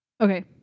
Okay